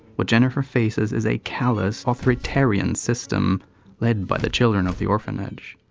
what jennifer faces is a callous authoritarian system led by the children of the orphanage.